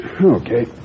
Okay